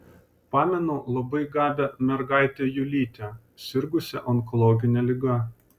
pamenu labai gabią mergaitę julytę sirgusią onkologine liga